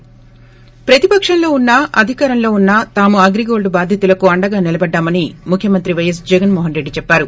థి ప్రతిపక్షంలో ఉన్సా అధికారంలో ఉన్నా తాము అగ్రిగోల్డ్ బాధితులకు అండగా నిలబడ్డామని ముఖ్యమంత్రి పైఎస్ జగస్మోహన్రెడ్లో చెప్పారు